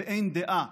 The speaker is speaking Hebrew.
ואין דעה